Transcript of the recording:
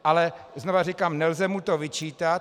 Ale znovu říkám: Nelze mu to vyčítat.